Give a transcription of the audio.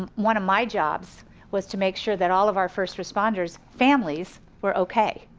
um one of my jobs was to make sure that all of our first responders' families were okay,